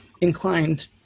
inclined